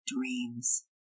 dreams